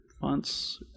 fonts